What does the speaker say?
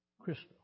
crystal